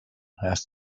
asked